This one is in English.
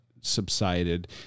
subsided